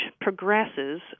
progresses